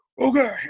okay